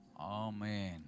Amen